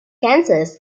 cancers